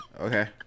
Okay